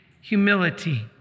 Humility